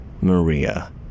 Maria